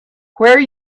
where